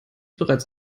bereits